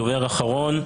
דובר אחרון,